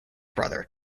brother